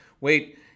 wait